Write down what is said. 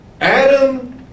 Adam